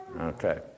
Okay